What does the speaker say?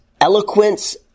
eloquence